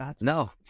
no